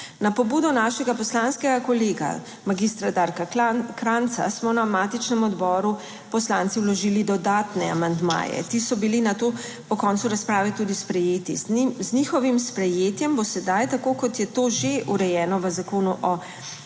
Na pobudo našega poslanskega kolega magistra Darka Krajnca smo na matičnem odboru poslanci vložili dodatne amandmaje. Ti so bili na to po koncu razprave tudi sprejeti. Z njihovim sprejetjem bo sedaj, tako kot je to že urejeno v Zakonu o